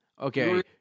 okay